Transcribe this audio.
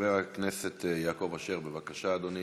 חבר הכנסת יעקב אשר, בבקשה, אדוני.